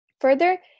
Further